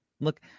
Look